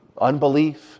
unbelief